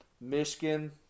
Michigan